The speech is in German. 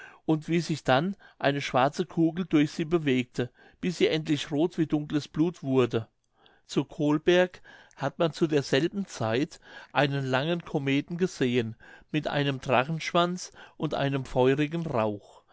und wie sich dann eine schwarze kugel durch sie bewegte bis sie endlich roth wie dunkles blut wurde zu colberg hat man zu derselben zeit einen langen kometen gesehen mit einem drachenschwanz und einem feurigen rauch